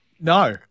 No